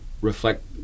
reflect